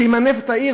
שימנף את העיר,